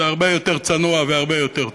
זה הרבה יותר צנוע והרבה יותר טוב.